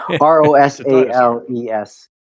R-O-S-A-L-E-S